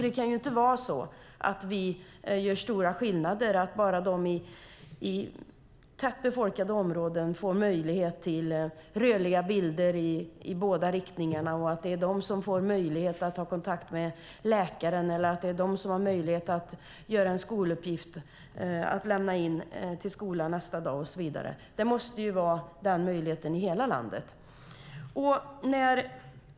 Det kan ju inte vara så att vi gör stora skillnader, att bara de i tätt befolkade områden får möjlighet till rörliga bilder i båda riktningarna och att det är de som får möjlighet att ta kontakt med läkaren eller att det är de som har möjlighet att göra en skoluppgift och lämna in den till skolan nästa dag och så vidare. Den möjligheten måste finnas i hela landet.